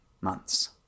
months